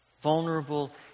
Vulnerable